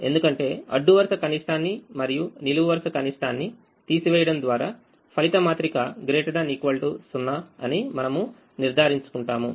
ఎందుకంటే అడ్డు వరుస కనిష్టాన్ని మరియు నిలువు వరుస కనిష్టాన్ని తీసివేయడం ద్వారా ఫలిత మాత్రిక ≥ 0 అని మనము నిర్ధారించుకుంటాము